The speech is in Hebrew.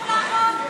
בני 13 ילכו לעבוד.